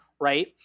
right